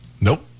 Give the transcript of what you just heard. Nope